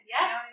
Yes